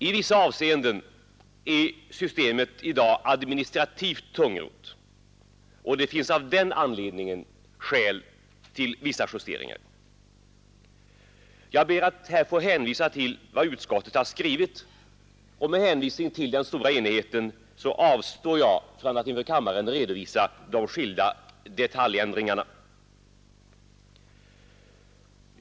I vissa avseenden är systemet i dag administrativt tungrott, och det finns därför skäl till en del justeringar. Jag ber att få hänvisa till vad utskottet har skrivit. På grund av den stora enigheten avstår jag från att inför kammaren redovisa de olika detaljändringarna.